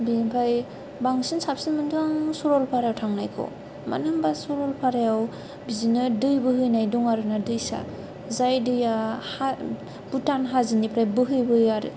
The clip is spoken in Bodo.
बेनिफ्राय बांसिन साबसिनखौथ' आं सरलपारायाव थांनायखौ मानो होनबाय सरलपारायाव बिदिनो दै बोहैनाय दं आरो ना दैसा जाय दैया हा भुटन हाजोनिफ्राय बोहैबोयो आरो